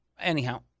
anyhow